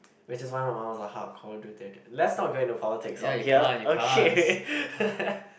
which is why my mum was a hardcore Duterte let's not go into politics our here okay